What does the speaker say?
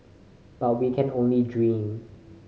but we can only dream